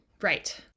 Right